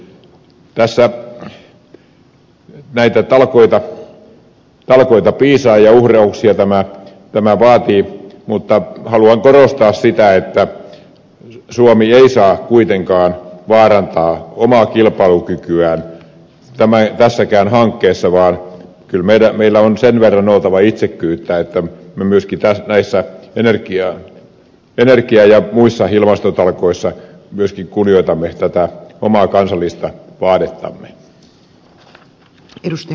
tässä näitä talkoita piisaa ja uhrauksia tämä vaatii mutta haluan korostaa sitä että suomi ei saa kuitenkaan vaarantaa omaa kilpailukykyään tässäkään hankkeessa vaan kyllä meillä on sen verran oltava itsekkyyttä että myöskin näissä energia ja muissa ilmastotalkoissa kunnioitamme omaa kansallista vaadettamme